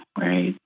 Right